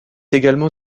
également